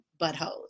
buttholes